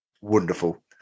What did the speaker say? Wonderful